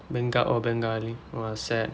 benga~ or bengali !wah! sad